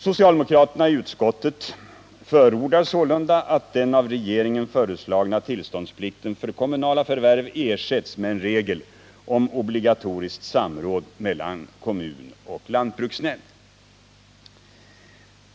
Socialdemokraterna i utskottet förordar sålunda att den av regeringen föreslagna tillståndsplikten för kommunala förvärv ersätts med en regel om obligatoriskt samråd mellan kommun och lantbruksnämnd.